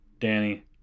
Danny